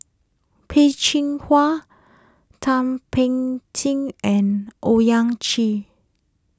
Peh Chin Hua Thum Ping Tjin and Owyang Chi